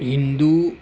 Hindu